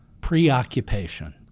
preoccupation